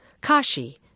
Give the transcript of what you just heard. Kashi